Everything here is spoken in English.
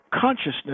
consciousness